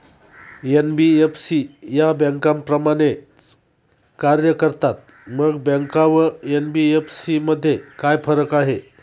NBFC या बँकांप्रमाणेच कार्य करतात, मग बँका व एन.बी.एफ.सी मध्ये काय फरक आहे?